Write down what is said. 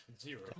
Zero